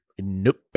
Nope